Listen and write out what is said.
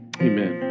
Amen